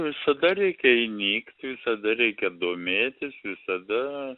visada reikia įnykt visada reikia domėtis visada